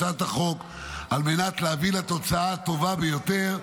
הצעת החוק על מנת להביא לתוצאה הטובה ביותר,